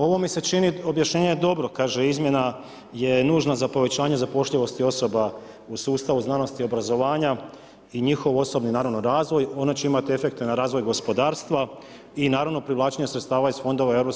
Ovo mi se čini objašnjenje dobro, kaže izmjena je nužna za povećanje zapošljivosti osoba u sustavu znanosti i obrazovanja i njihov osobni naravno razvoj, ona će imati efekte na razvoj gospodarstva i naravno privlačenje sredstava iz fondova EU